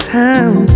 town